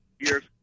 years